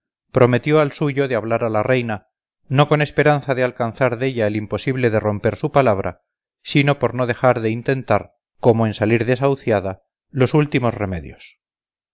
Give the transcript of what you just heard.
prometió al suyo de hablar a la reina no con esperanza de alcanzar della el imposible de romper su palabra sino por no dejar de intentar como en salir desasuciada los últimos remedios